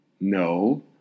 No